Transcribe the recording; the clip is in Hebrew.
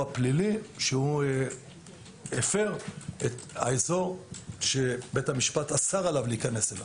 פלילי שהפר את האזור שבית המשפט אסר עליו להיכנס אליו.